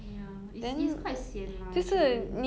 ya it's it's quite sian lah actually